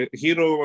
hero